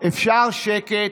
אפשר שקט?